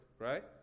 right